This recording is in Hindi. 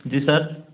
जी सर